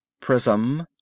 Prism